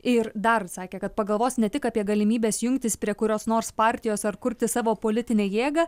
ir dar sakė kad pagalvos ne tik apie galimybes jungtis prie kurios nors partijos ar kurti savo politinę jėgą